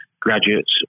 Graduates